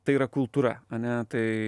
tai yra kultūra ane tai